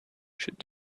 should